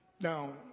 Now